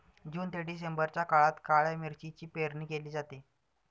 जून ते डिसेंबरच्या काळात काळ्या मिरीची पेरणी केली जाते